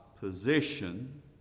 position